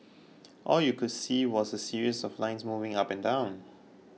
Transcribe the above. all you could see was a series of lines moving up and down